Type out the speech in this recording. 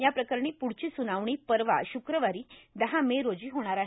या प्रकरणी पुढची सुनावणी परवा श्रक्रवारो दहा मे रोजी होणार आहे